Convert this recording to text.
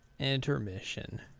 Intermission